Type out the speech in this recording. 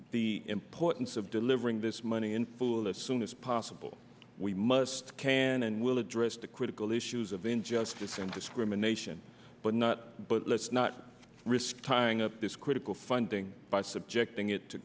the importance of delivering this money in foolish soon as possible we must can and will address the critical issues of injustice and discrimination but not but let's not risk tying up this critical funding by subject